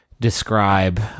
describe